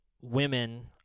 women